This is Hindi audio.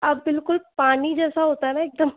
अब बिल्कुल पानी जैसा होता है न एकदम